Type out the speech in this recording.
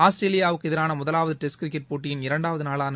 ஆஸ்திரேலியாவுக்கு எதிரான முதவாவது டெஸ்ட கிரிக்கெட் போட்டியின் இரண்டாவது நாளான